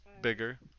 bigger